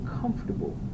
comfortable